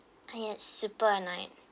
I get super annoy